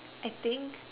I think